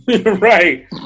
Right